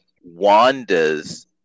Wanda's